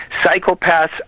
Psychopaths